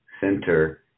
Center